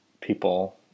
people